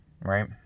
right